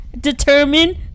determined